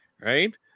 right